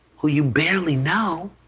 who you barely know,